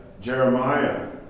Jeremiah